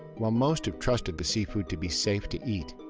while most have trusted the seafood to be safe to eat,